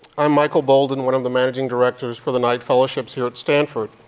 i'm michael bolden, one of the managing directors for the knight fellowships here at stanford.